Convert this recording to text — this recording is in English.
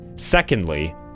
Secondly